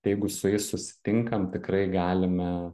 tai jeigu su jais susitinkam tikrai galime